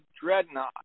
Dreadnought